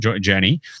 journey